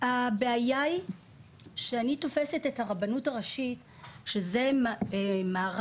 הבעיה היא שאני תופסת את הרבנות הראשית שזה מערך